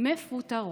מפוטרות.